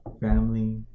family